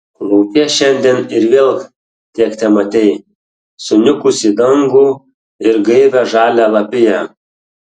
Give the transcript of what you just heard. lauke šiandien ir vėl tiek tematei suniukusį dangų ir gaivią žalią lapiją